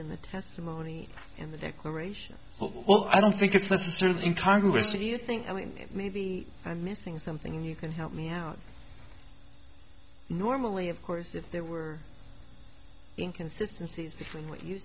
in the testimony in the declaration well i don't think it's the serve in congress or do you think i mean maybe i'm missing something and you can help me out normally of course if there were inconsistencies between what you